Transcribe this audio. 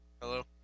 Hello